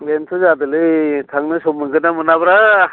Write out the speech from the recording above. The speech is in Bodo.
बेनथ' जादोलै थांनो सम मोनगोनना मोनाब्रा